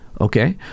Okay